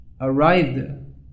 arrived